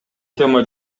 тема